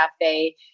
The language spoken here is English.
Cafe